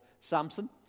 Samson